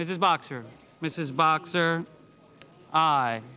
this is boxer mrs boxer i